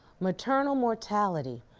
maternal mortality,